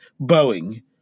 Boeing